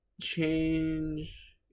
change